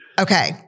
Okay